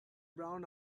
brown